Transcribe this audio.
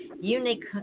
unique